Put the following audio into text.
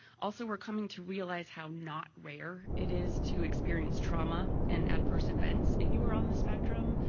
also we're coming to realize how not rare it is to experience trauma in adverse events if you are on the spectrum,